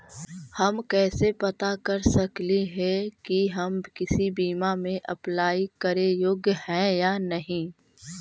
हम कैसे पता कर सकली हे की हम किसी बीमा में अप्लाई करे योग्य है या नही?